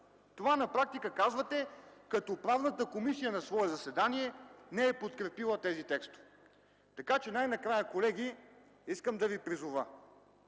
Това на практика казвате, след като Правната комисия, на свое заседание, не е подкрепила тези текстове. Така че най-накрая, колеги, искам да Ви призова